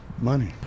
money